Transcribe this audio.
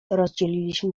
rozdzieliliśmy